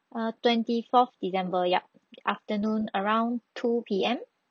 err twenty fourth december yup afternoon around two P_M